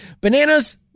bananas